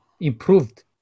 improved